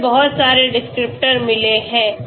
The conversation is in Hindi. इसे बहुत सारे डिस्क्रिप्टर मिले हैं